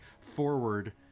forward